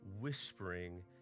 whispering